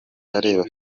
areba